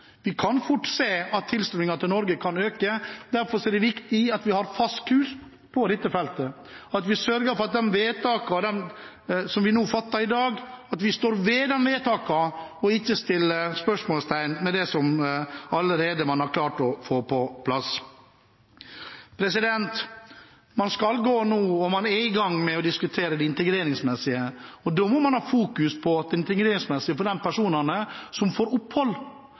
dette kan fort blusse opp igjen. Vi kan fort se at tilstrømmingen til Norge kan øke. Derfor er det viktig at vi har en fast kurs på dette feltet, at vi sørger for at vi står ved de vedtakene som vi fatter nå i dag, og ikke stiller spørsmål ved det som man allerede har klart å få på plass. Man skal nå gå i gang – man er i gang – med å diskutere det integreringsmessige. Da må man ha i fokus det integreringsmessige for de personene som får opphold,